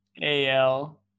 AL